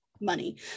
money